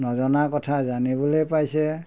নজনা কথা জানিবলৈ পাইছে